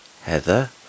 Heather